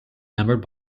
measured